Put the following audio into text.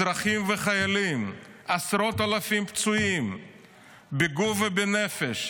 אזרחים וחיילים, עשרות אלפים פצועים בגוף ובנפש,